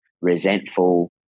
resentful